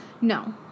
No